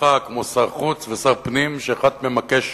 סביבך כמו שר החוץ ושר הפנים, שאחד ממקש